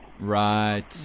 Right